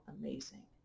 amazing